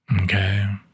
Okay